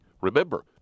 Remember